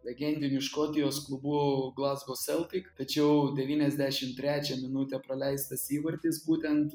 legendiniu škotijos klubu glazgo seltik tačiau devyniasdešim trečią minutę praleistas įvartis būtent